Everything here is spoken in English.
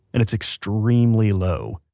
and it's extremely low.